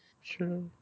Sure